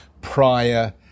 prior